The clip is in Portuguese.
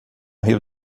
rio